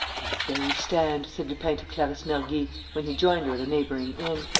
that's where we stand, said lupin to clarisse mergy, when he joined her at a neighbouring inn.